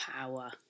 power